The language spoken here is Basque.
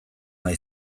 nahi